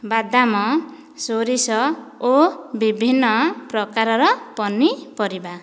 ବାଦାମ ସୋରିଷ ଓ ବିଭିନ୍ନ ପ୍ରକାରର ପନିପରିବା